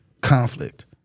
conflict